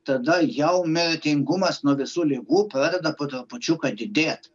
tada jau mirtingumas nuo visų ligų pradeda po trupučiuką didėt